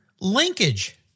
linkage